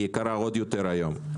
והיא יקרה עוד יותר היום.